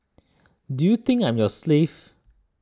do you think I'm your slave